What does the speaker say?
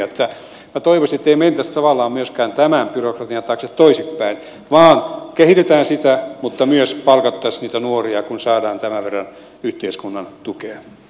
minä toivoisin että ei mentäisi tavallaan myöskään tämän byrokratian taakse toisinpäin vaan kehitetään sitä mutta myös palkattaisiin niitä nuoria kun saadaan tämän verran yhteiskunnan tukee